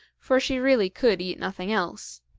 for she really could eat nothing else